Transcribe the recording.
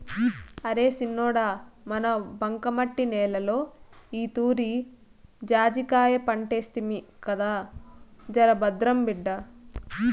అరే సిన్నోడా మన బంకమట్టి నేలలో ఈతూరి జాజికాయ పంటేస్తిమి కదా జరభద్రం బిడ్డా